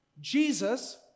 Jesus